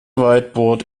whiteboard